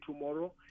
tomorrow